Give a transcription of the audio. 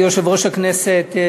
יש עוד נושאים רבים אחרים,